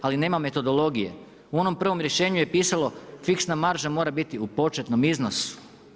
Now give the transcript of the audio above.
Ali nema metodologije, u onom prvom rješenju je pisalo fiksna marža mora biti u početnom iznosu.